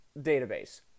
database